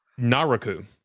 Naraku